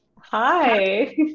Hi